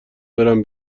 برم